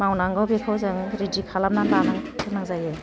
मावनांगौ बेखौ जों रिदि खालामना लानो नांगौ गोनां जायो